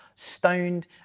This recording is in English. stoned